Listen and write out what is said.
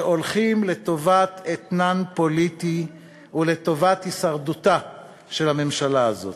שהולכים לטובת אתנן פוליטי ולטובת הישרדותה של הממשלה הזאת.